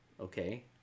Okay